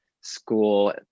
school